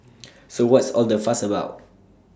so what's all the fuss about